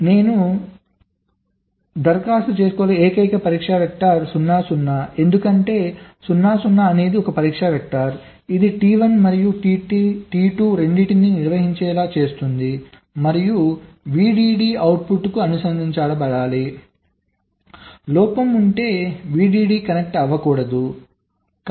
కాబట్టి నేను దరఖాస్తు చేసుకోగల ఏకైక పరీక్ష వెక్టర్ 0 0 ఎందుకంటే 0 0 అనేది ఒక పరీక్ష వెక్టర్ ఇది T1 మరియు T2 రెండింటినీ నిర్వహించేలా చేస్తుంది మరియు VDD అవుట్పుట్కు అనుసంధానించబడాలి లోపం ఉంటే VDD కనెక్ట్ అవ్వకూడదు కుడి